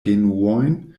genuojn